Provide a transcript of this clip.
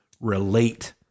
relate